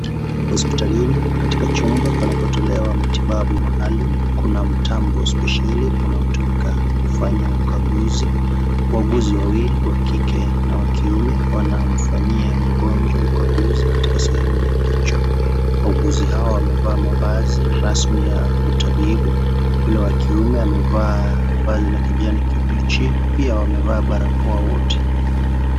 "Hospitalini, katika chumba panapotolewa matibabu maalum, kuna mtambo maalum unaotumika kufanya ukaguzi. Wauguzi wawili, wa kike na wa kiume, wanamfanyia mgonjwa ukaguzi katika sehemu ya kichwa. Wauguzi hawa wamevaa mavazi rasmi ya utabibu, ila wa kiume amevaa vazi la kijani kibichi. Pia, wote wamevaa barakoa."